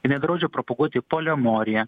jinai draudžia provokuoti polemoriją